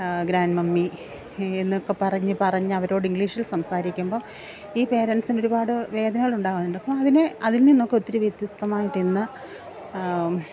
grand mummy എന്നൊക്കെ പറഞ്ഞ് പറഞ്ഞ് അവരോട് ഇംഗ്ലീഷിൽ സംസാരിക്കുമ്പോള് ഈ പേരൻറ്റ്സിന് ഒരുപാട് വേദനകൾ ഉണ്ടാകുന്നുണ്ട് അപ്പോള് അതിന് അതിൽ നിന്നൊക്കെ ഒത്തിരി വ്യത്യസ്തമായിട്ട് ഇന്ന്